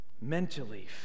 Mentally